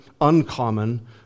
uncommon